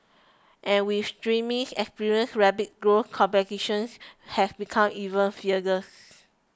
and with streaming experience rapid growth competitions has become even fiercer